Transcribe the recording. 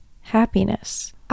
happiness